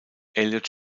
elliott